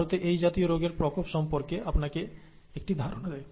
ভারতে এই জাতীয় রোগের প্রকোপ সম্পর্কে আপনাকে একটি ধারণা দেয়